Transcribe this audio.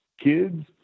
kids